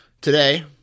today